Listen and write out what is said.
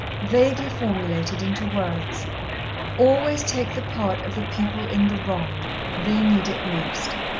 vaguely formulated into words always take the part of the people in the wrong they need it most.